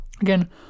Again